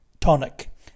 tonic